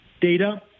data